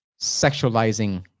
sexualizing